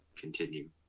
continue